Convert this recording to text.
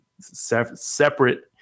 separate